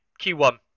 Q1